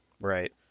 right